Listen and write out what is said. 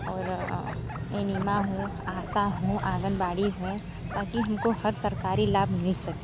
और एनिमा हो आसा हो आँगनवाड़ी हो ताकि हम को हर सरकारी लाभ मिल सके